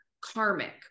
karmic